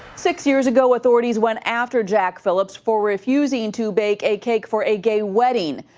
six years ago, authorities went after jack phillips for refusing to bake a cake for a gay wedding.